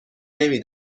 نمی